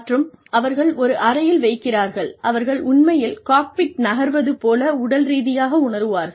மற்றும் அவர்கள் ஒரு அறையில் வைக்கிறார்கள் அவர்கள் உண்மையில் காக்பிட் நகர்வது போல உடல் ரீதியாக உணருவார்கள்